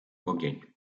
ogień